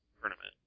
tournament